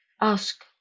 ask